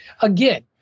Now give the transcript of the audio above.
Again